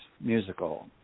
musical